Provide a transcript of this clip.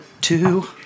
two